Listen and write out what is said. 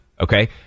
Okay